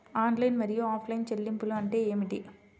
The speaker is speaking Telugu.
ఆన్లైన్ మరియు ఆఫ్లైన్ చెల్లింపులు అంటే ఏమిటి?